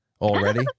already